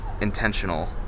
intentional